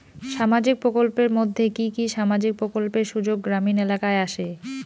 সামাজিক প্রকল্পের মধ্যে কি কি সামাজিক প্রকল্পের সুযোগ গ্রামীণ এলাকায় আসে?